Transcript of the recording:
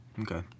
Okay